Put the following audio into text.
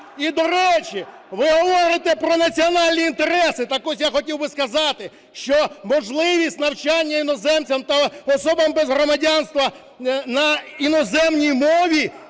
І, до речі, ви говорите про національні інтереси, так ось я хотів сказати, що можливість навчання іноземцям та особам без громадянства на іноземній мові